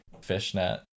fishnet